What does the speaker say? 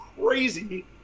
crazy